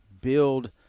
build